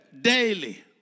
daily